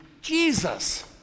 Jesus